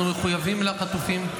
אנחנו מחויבים לחטופים,